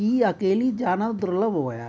की अकेली जाना दुर्लभ हो गया है